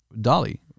dolly